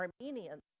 Armenians